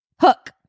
Hook